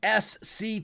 SC